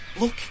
Look